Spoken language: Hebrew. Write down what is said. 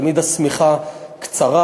תמיד השמיכה קצרה.